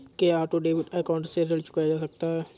क्या auto debit account से ऋण चुकाया जा सकता है?